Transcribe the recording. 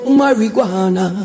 marijuana